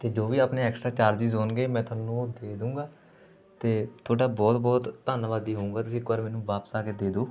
ਅਤੇ ਜੋ ਵੀ ਆਪਣੇ ਐਕਸਟ੍ਰਾ ਚਾਰਜਿਸ ਹੋਣਗੇ ਮੈਂ ਤੁਹਾਨੂੰ ਦੇ ਦੂੰਗਾ ਅਤੇ ਤੁਹਾਡਾ ਬਹੁਤ ਬਹੁਤ ਧੰਨਵਾਦੀ ਹੋਊਂਗਾ ਤੁਸੀਂ ਇੱਕ ਵਾਰ ਮੈਨੂੰ ਵਾਪਸ ਆ ਕੇ ਦੇ